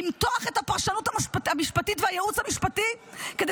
למתוח את הפרשנות המשפטית והייעוץ המשפטי כדי